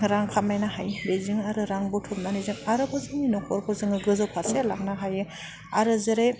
रां खामायनो हायो बेजों आरो रां बुथुमनानै जों आरोबाव जोंनि नखरखौ जोङो गोजौ फारसे लानो हायो आरो जेरै